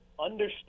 understand